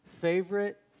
Favorite